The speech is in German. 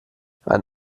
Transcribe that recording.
ein